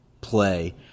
play